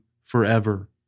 forever